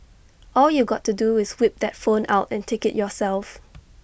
all you got to do is whip that phone out and take IT yourself